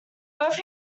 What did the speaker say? both